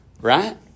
right